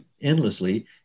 endlessly